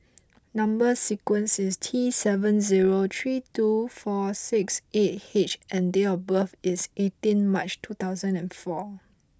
number sequence is T seven zero three two four six eight H and date of birth is eighteen March two thousand and four